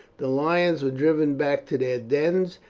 the lions were driven back to their dens,